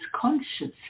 consciously